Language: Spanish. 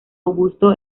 augusto